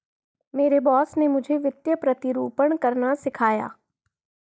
मेरे बॉस ने मुझे वित्तीय प्रतिरूपण करना सिखाया